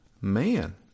man